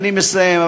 אני מסיים.